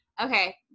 Okay